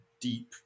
deep